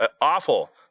awful